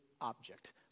object